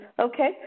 Okay